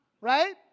right